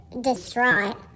distraught